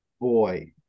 boy